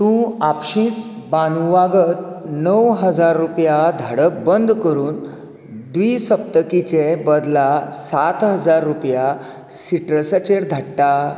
तूं आपशींच बानू वाघत णव हजार रुपया धाडप बंद करून द्वी सप्तकीचे बदला सात हजार रुपया सिट्रसाचेर धाडटां